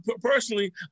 Personally